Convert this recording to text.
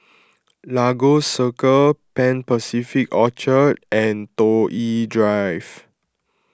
Lagos Circle Pan Pacific Orchard and Toh Yi Drive